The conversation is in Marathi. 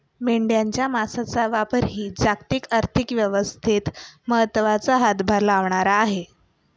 मेंढ्यांच्या मांसाचा व्यापारही जागतिक अर्थव्यवस्थेत महत्त्वाचा हातभार लावणारा आहे